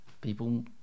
people